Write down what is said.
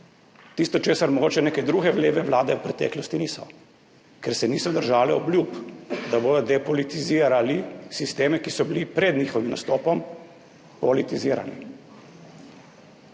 tisto, česar mogoče neke druge leve vlade v preteklosti niso, ker se niso držale obljub, da bodo depolitizirali sisteme, ki so bili pred njihovim nastopom politizirano.